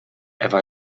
ewa